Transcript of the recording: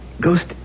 ghost